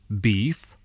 beef